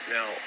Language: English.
Now